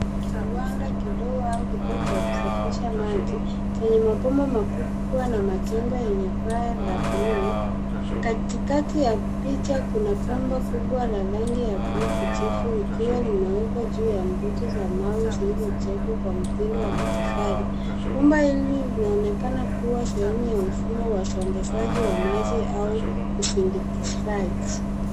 Kiwanda kidogo au kituo cha kusafisha maji, chenye mabomba makubwa na majengo yenye paa la buluu. Katikati ya picha kuna bomba kubwa la rangi ya buluu kijivu likiwa limewekwa juu ya nguzo za mawe zilizojengwa kwa mtindo wa matofali. Bomba hili linaonekana kuwa sehemu ya mfumo wa usambazaji wa maji au usindikizaji.